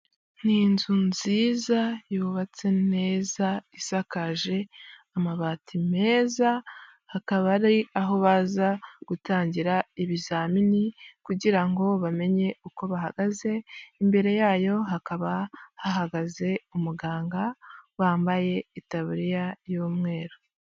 Ni inzu nziza yubatse neza isakaje amabati meza, akaba ari aho baza gutangira ibizamini kugira ngo bamenye uko bahagaze, imbere yayo hakaba hahagaze umuganga wambaye itaburiya y'umweru.